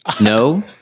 No